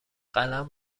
قلم